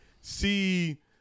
see